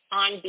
on